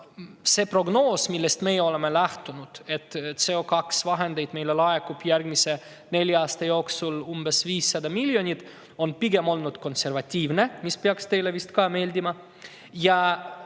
See prognoos, millest me oleme lähtunud, et CO2-vahendeid laekub meile järgmise nelja aasta jooksul umbes 500 miljonit, on pigem konservatiivne, mis peaks teile vist ka meeldima.